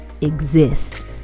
exist